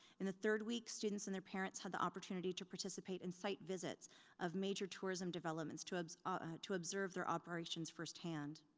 in the third week students and their parents had the opportunity to participate in site visits of major tourism developments to observe ah to observe their operations firsthand.